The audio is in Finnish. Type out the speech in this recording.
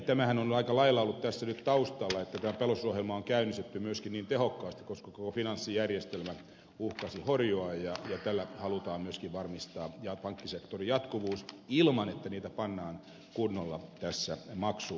tämähän on aika lailla ollut tässä nyt taustalla että tämä pelastusohjelma on käynnistetty myöskin niin tehokkaasti koska koko finanssijärjestelmä uhkasi horjua ja tällä halutaan myöskin varmistaa pankkisektorin jatkuvuus ilman että sitä pannaan kunnolla tässä maksumieheksi